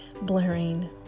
blaring